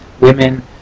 women